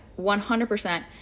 100%